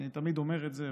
אני אומר את זה,